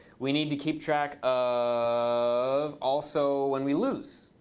we need to keep track of also when we lose.